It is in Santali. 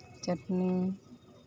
ᱪᱟᱹᱴᱱᱤ